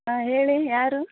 ಹಾಂ ಹೇಳಿ ಯಾರು